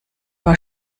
war